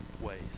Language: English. ways